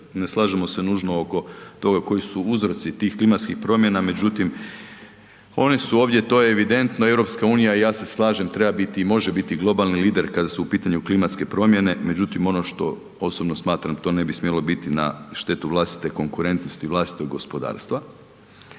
Ne slažemo se nužno oko toga koji su uzroci tih klimatskih promjena međutim one su ovdje to je evidentno, EU i ja se slažem, treba biti i može biti globalni lider kada su u pitanju klimatske promjene, međutim ono što osobno smatram, to ne bi smjelo biti na štetu vlastite konkurentnosti i vlastitog gospodarstva.